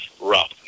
rough